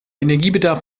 energiebedarf